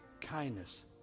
kindness